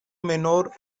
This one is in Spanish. menor